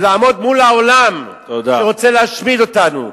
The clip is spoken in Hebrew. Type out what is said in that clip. ולעמוד מול העולם שרוצה להשמיד אותנו,